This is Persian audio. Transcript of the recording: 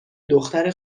دختر